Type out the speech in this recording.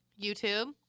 YouTube